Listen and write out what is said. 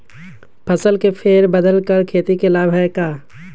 फसल के फेर बदल कर खेती के लाभ है का?